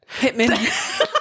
Hitman